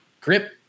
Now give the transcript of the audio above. grip